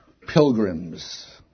pilgrims